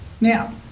now